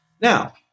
Now